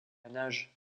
nage